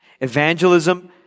Evangelism